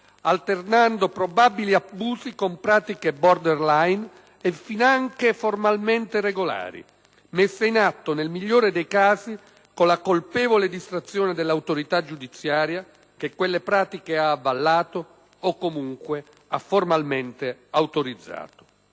alternando probabili abusi con pratiche *border line* e finanche formalmente regolari, messe in atto nel migliore dei casi con la colpevole distrazione dell'autorità giudiziaria che quelle pratiche ha avallato o comunque ha formalmente autorizzato.